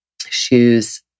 shoes